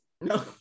No